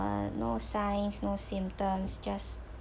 were no signs no symptoms just